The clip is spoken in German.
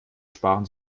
sparen